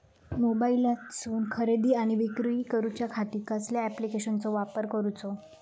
मोबाईलातसून खरेदी आणि विक्री करूच्या खाती कसल्या ॲप्लिकेशनाचो वापर करूचो?